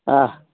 आं